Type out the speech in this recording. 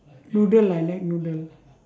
noodle I like noodle